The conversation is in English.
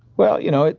well, you know,